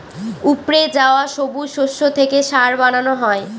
উপড়ে যাওয়া সবুজ শস্য থেকে সার বানানো হয়